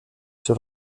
sur